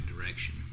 direction